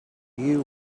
you